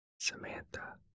Samantha